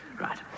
Right